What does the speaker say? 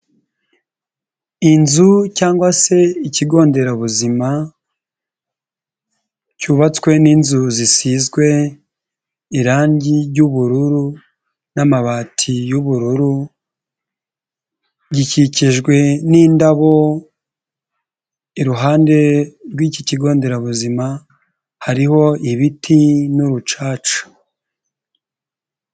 Inzu cyangwa se ikigo nderabuzima cyubatswe n'inzu zisizwe irangi ry'ubururu n'amabati y'ubururu, gikikijwe n'indabo iruhande rw'iki kigo nderabuzima hariho ibiti n'urucaca.